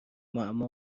معما